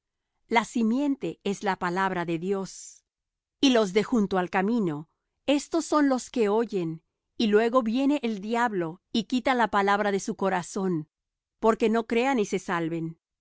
la simiente es la palabra de dios y los de junto al camino éstos son los que oyen y luego viene el diablo y quita la palabra de su corazón porque no crean y se salven